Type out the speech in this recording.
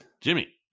Jimmy